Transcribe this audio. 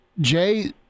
Jay